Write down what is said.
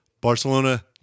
Barcelona